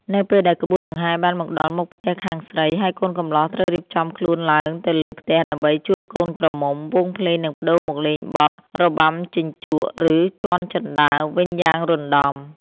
នៅពេលដែលក្បួនដង្ហែបានមកដល់មុខផ្ទះខាងស្រី ហើយកូនកំលោះត្រូវរៀបចំខ្លួនឡើងទៅលើផ្ទះដើម្បីជួបកូនក្រមុំ វង់ភ្លេងនឹងប្តូរមកលេងបទ របាំជញ្ជក់ ឬ ជាន់ជណ្ដើរ វិញយ៉ាងរណ្តំ។